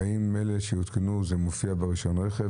האם באלה שהותקנו זה מופיע ברישיון רכב,